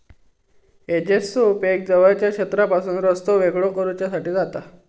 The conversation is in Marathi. हेजेसचो उपेग जवळच्या क्षेत्रापासून रस्तो वेगळो करुच्यासाठी जाता